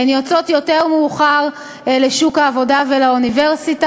הן יוצאות מאוחר יותר לשוק העבודה ולאוניברסיטה.